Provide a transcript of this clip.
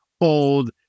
old